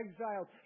exiled